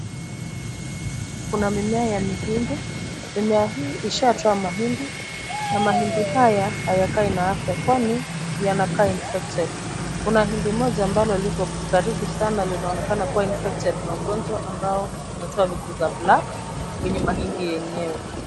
Kuna mimea ya mihindi. Mimea hii ishatoa mahindi na mahindi haya hayakai na afya kwani yanakaa infected . Kuna hindi moja ambalo liko karibu sana linaonekana kuwa infected na ugonjwa ambao umetoa vitu za black kwenye mahindi yenyewe.